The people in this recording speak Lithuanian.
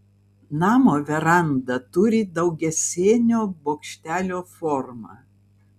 namo veranda turi daugiasienio bokštelio formą